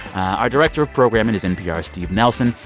our director of programming is npr's steve nelson.